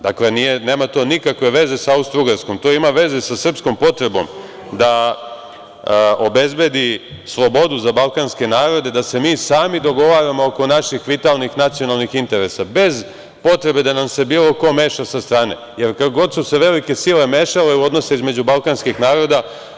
Dakle, nema to nikakve veze sa Austrougarskom, to ima veze sa srpskom potrebom da obezbedi slobodu za balkanske narode, da se mi sami dogovaramo oko naših vitalnih, nacionalnih interesa, bez potrebe da nam se bilo ko meša sa strane, jer kad god su se velike sile mešale u odnose između balkanskih naroda.